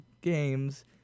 games